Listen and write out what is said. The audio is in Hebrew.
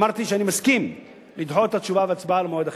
אמרתי שאני מסכים לדחות את התשובה וההצבעה למועד אחר,